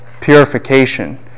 Purification